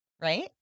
Right